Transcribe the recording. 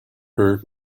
her